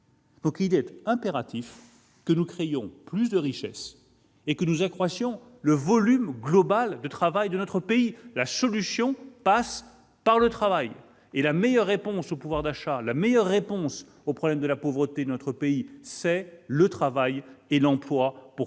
donc impératif que nous créions plus de richesses et que nous accroissions le volume global de travail dans notre pays. La solution passe par le travail ; la meilleure réponse au problème du pouvoir d'achat, au problème de la pauvreté, c'est le travail et l'emploi pour